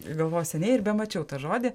galvoju seniai ir bemačiau tą žodį